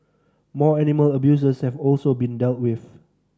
more animal abusers have also been dealt with